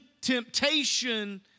temptation